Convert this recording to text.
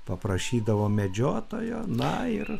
paprašydavo medžiotojo na ir